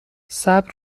صبر